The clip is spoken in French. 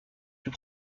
plus